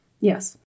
yes